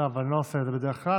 לא, אבל אני לא עושה את זה בדרך כלל.